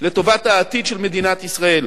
לטובת העתיד של מדינת ישראל,